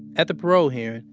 at the parole hearing,